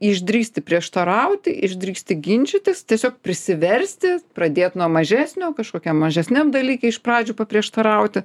išdrįsti prieštarauti išdrįsti ginčytis tiesiog prisiversti pradėt nuo mažesnio kažkokiam mažesniam dalyke iš pradžių paprieštarauti